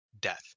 death